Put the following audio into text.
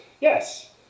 Yes